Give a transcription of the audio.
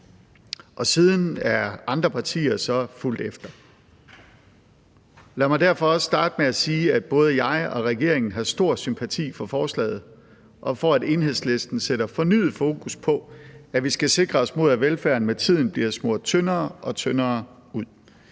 og siden er andre partier så fulgt efter. Lad mig derfor også starte med at sige, at både jeg og regeringen har stor sympati for forslaget og for, at Enhedslisten sætter fornyet fokus på, at vi skal sikre os mod, at velfærden med tiden bliver smurt tyndere og tyndere ud.